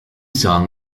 song